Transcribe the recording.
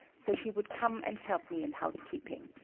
so she would come and help me in housekeeping.